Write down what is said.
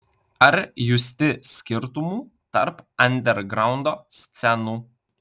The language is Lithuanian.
ar justi skirtumų tarp andergraundo scenų